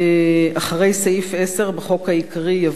אחרי סעיף 10 בחוק העיקרי יבוא: